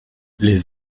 les